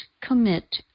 commit